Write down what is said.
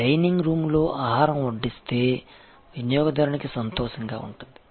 dining room లో ఆహారం వడ్డిస్తే వినియోగదారునికి సంతోషంగా ఉంటుంది